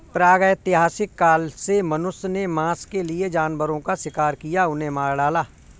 प्रागैतिहासिक काल से मनुष्य ने मांस के लिए जानवरों का शिकार किया, उन्हें मार डाला